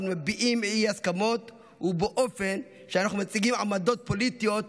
מביעים אי-הסכמות ובאופן שבו אנחנו מציגים עמדות פוליטיות מנוגדות.